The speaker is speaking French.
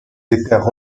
étaient